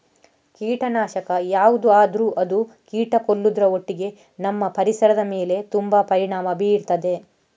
ಕೀಟನಾಶಕ ಯಾವ್ದು ಆದ್ರೂ ಅದು ಕೀಟ ಕೊಲ್ಲುದ್ರ ಒಟ್ಟಿಗೆ ನಮ್ಮ ಪರಿಸರದ ಮೇಲೆ ತುಂಬಾ ಪರಿಣಾಮ ಬೀರ್ತದೆ